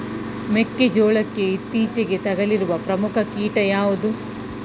ಮೆಕ್ಕೆ ಜೋಳಕ್ಕೆ ಇತ್ತೀಚೆಗೆ ತಗುಲಿರುವ ಪ್ರಮುಖ ಕೀಟ ಯಾವುದು?